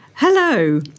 Hello